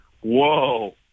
whoa